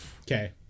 Okay